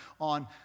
on